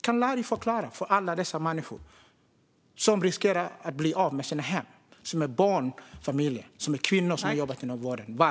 Kan Larry förklara varför för alla dessa barn och kvinnor?